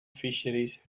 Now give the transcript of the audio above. fisheries